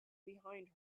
behind